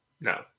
No